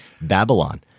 Babylon